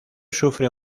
sufre